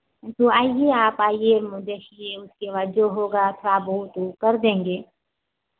तो आइए आप आइए देखिए उसके बाद जो होगा थोड़ा बहुत वो कर देंगे